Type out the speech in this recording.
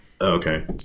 okay